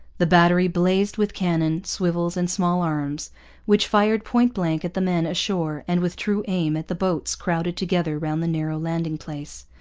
the battery blazed with cannon, swivels, and small-arms which fired point-blank at the men ashore and with true aim at the boats crowded together round the narrow landing-place.